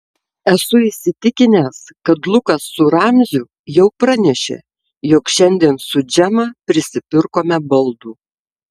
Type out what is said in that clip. esu įsitikinęs kad lukas su ramziu jau pranešė jog šiandien su džema prisipirkome baldų